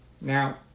Now